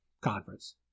Conference